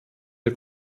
der